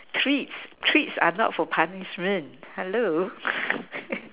treats treats are not for punishment hello